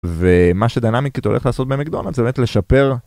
ומה שדינאמיקט הולך לעשות במקדונלד זה באמת לשפר